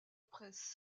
presse